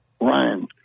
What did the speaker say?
Ryan